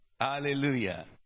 Hallelujah